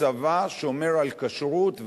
הצבא שומר על כשרות.